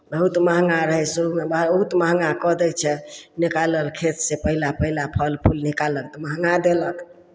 बहुत महंगा रहय शुरूमे बहुत महंगा कऽ दै छै निकाललक खेतसँ पहिला पहिला फल फूल निकाललक तऽ महंगा देलक